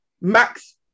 Max